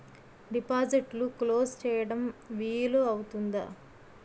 డిపాజిట్లు క్లోజ్ చేయడం వీలు అవుతుందా?